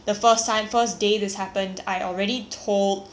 the staff that my mother in law is going to eat the vegetarian meal